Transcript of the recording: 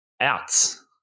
Outs